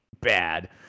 bad